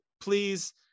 please